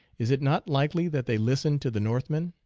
is it not likely that they listened to the northmen?